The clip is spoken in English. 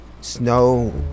snow